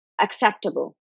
Acceptable